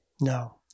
No